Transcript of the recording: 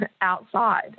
outside